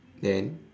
then